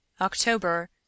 October